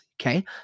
Okay